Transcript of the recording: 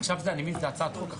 אני מבין שעכשיו זאת הצעת חוק.